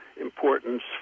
importance